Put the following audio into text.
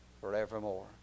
forevermore